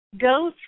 go